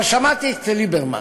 אבל שמעתי את ליברמן,